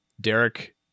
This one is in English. Derek